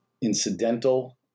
incidental